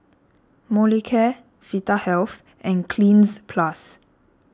Molicare Vitahealth and Cleanz Plus